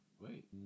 Wait